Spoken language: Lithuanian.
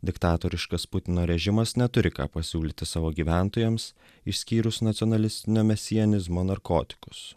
diktatoriškas putino režimas neturi ką pasiūlyti savo gyventojams išskyrus nacionalistinio mesianizmo narkotikus